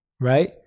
Right